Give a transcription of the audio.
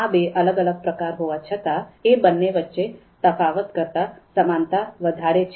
આ બે અલગ અલગ પ્રકાર હોવા છતાં એ બંનેવચ્ચે તફાવત કરતા સમાનતા વધારે છે